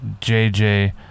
JJ